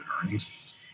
earnings